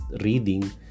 reading